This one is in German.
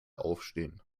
aufstehen